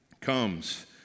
comes